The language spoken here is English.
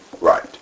right